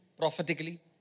prophetically